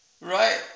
right